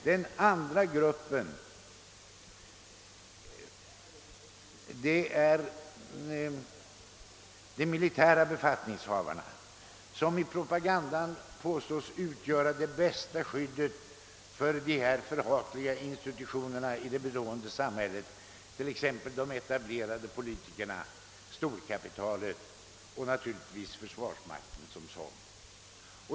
Den andra gruppen utgöres av de militära befattningshavarna, som i propagandan påstås utgöra det bästa skyddet för de förhatliga institutionerna i det bestående samhället, t.ex. de etablerade politikerna, storkapitalet samt naturligtvis försvarsmakten.